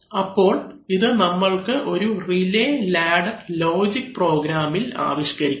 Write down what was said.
അപ്പോൾ ഇത് നമ്മൾക്ക് ഒരു റിലേ ലാഡർ ലോജിക് പ്രോഗ്രാമിൽ ആവിഷ്കരിക്കണം